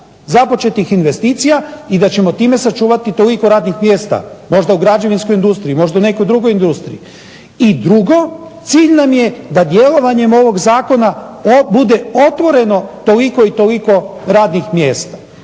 započetih investicija i da ćemo time sačuvati toliko radnih mjesta, možda u građevinskoj industriji, možda u nekoj drugoj industriji. I drugo, cilj nam je da djelovanjem ovog zakona bude otvoreno toliko i toliko radnih mjesta.